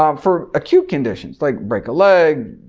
um for acute conditions like breaking a leg,